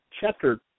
chapter